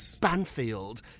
Banfield